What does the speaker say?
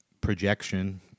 projection